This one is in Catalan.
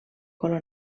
color